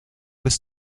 bis